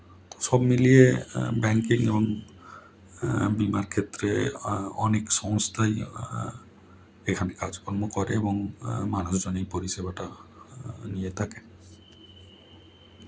সব মিলিয়ে ব্যাংকিং এবং বিমার ক্ষেত্রে অনেক সংস্থাই এখানে কাজকর্ম করে এবং মানুষজন এই পরিষেবাটা নিয়ে থাকে